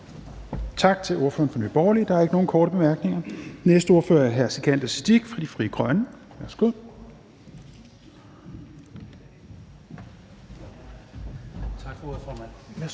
Tak til ordføreren for Nye Borgerlige. Der er ikke nogen korte bemærkninger. Den næste ordfører er hr. Sikandar Siddique fra Frie Grønne. Værsgo.